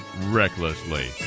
recklessly